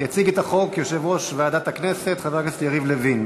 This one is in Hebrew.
יציג את החוק יושב-ראש ועדת הכנסת חבר הכנסת יריב לוין.